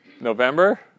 November